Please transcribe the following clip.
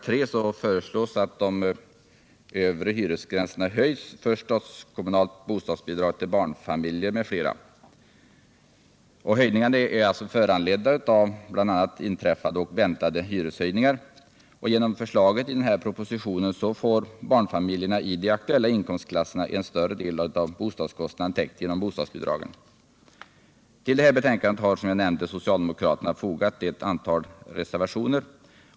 3 föreslås att de övre hyresgränserna höjs för statskommunalt bidrag till barnfamiljer m.fl. Höjningarna är föranledda bl.a. av inträffade och förväntade hyreshöjningar, och genom propositionens förslag får barnfamiljer i de aktuella inkomstklasserna en större del av bostadskostnaden täckt genom bostadsbidragen. Som jag nämnde har socialdemokraterna till detta betänkande fogat ett antal reservationer.